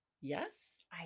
Yes